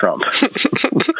Trump